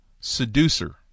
seducer